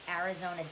Arizona